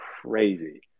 crazy